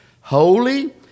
holy